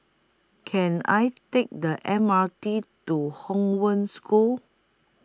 Can I Take The M R T to Hong Wen School